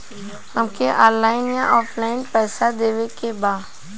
हमके ऑनलाइन या ऑफलाइन पैसा देवे के बा?